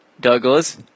Douglas